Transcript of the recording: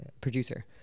producer